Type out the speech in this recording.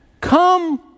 Come